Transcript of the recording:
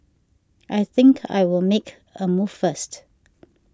I think I'll make a move first